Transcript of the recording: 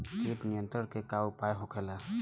कीट नियंत्रण के का उपाय होखेला?